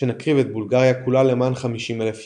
שנקריב את בולגריה כולה למען 50,000 יהודים?".